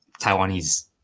Taiwanese